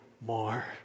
more